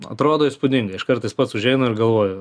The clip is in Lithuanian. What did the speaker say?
atrodo įspūdingai aš kartais pats užeinu ir galvoju